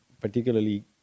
particularly